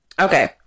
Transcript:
Okay